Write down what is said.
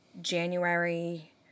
January